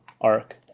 arc